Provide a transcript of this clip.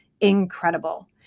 incredible